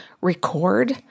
record